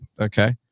Okay